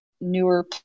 newer